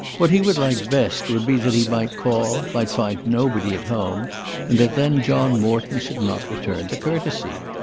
what he would like best would be that he might call, might find nobody at home and that then john morton should not return the courtesy.